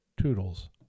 Toodles